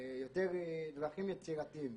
יותר דרכים יצירתיות.